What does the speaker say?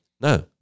No